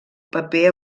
paper